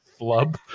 Flub